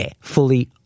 fully